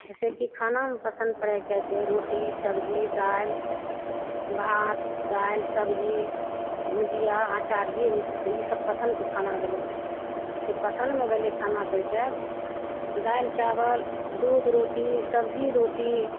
जैसे कि खानामे पसन्द पड़य छै रोटी सब्जी दालि भात दालि सब्जी भुजिया अचार जे होइ छै से ई सब पसन्दके खाना भेलय जैसे पसन्दमे भेलय खाना करिके दालि चावल दूध रोटी सब्जी रोटी